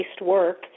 work